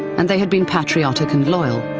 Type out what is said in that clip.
and they had been patriotic and loyal.